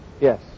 Yes